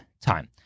time